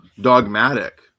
dogmatic